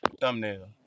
Thumbnail